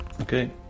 Okay